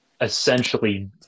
essentially